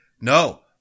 No